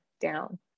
down